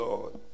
Lord